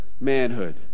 manhood